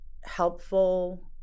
helpful